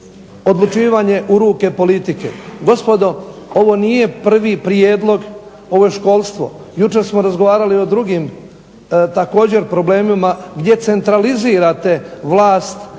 odlučivanje u ruke politike. Gospodo ovo nije prvi prijedlog, ovo je školstvo. Jučer smo razgovarali o drugim problemima gdje centralizirate vlast